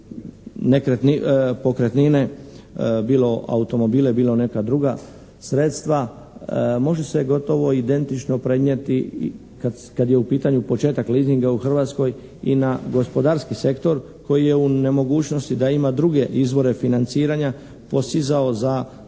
pokretnine bilo automobile bilo neka druga sredstva može se gotovo identično prenijeti kad je u pitanju početak leasinga u Hrvatskoj i na gospodarski sektor koji je u nemogućnosti da ima druge izvore financiranja posizao za takvim